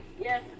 yes